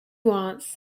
wants